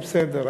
בסדר.